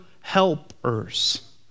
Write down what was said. helpers